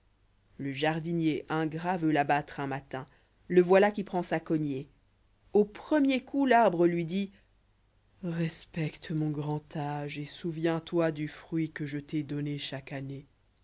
le jardinier ingrat veut l'abattre un matin le voilà qui prend sa cognée au premier coup l'arbre lui dit respecte mon grand âge et souviens-toi du fruit que je t'ai donné chaque année